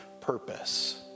purpose